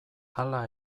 hala